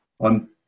on